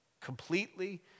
completely